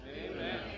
Amen